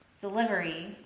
delivery